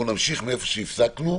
אנחנו נמשיך מאיפה שהפסקנו.